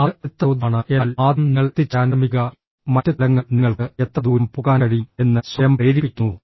അത് അടുത്ത ചോദ്യമാണ് എന്നാൽ ആദ്യം നിങ്ങൾ എത്തിച്ചേരാൻ ശ്രമിക്കുക മറ്റ് തലങ്ങൾ നിങ്ങൾക്ക് എത്ര ദൂരം പോകാൻ കഴിയും എന്ന് സ്വയം പ്രേരിപ്പിക്കുന്നു